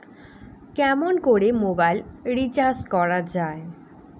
কেমন করে mobile recharge করা য়ায়?